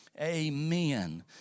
amen